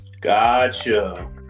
gotcha